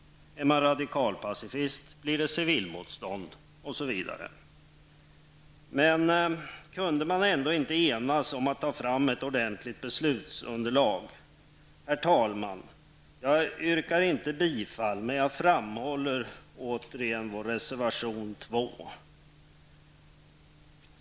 Är man radikal-pacifist, blir det civilmotstånd osv. Kunde man ändå inte enas om ett framtagande av ett ordentligt beslutsunderlag? Herr talman! Jag yrkar inte bifall till reservation 2 från miljöpartiet men vill återigen framhålla denna.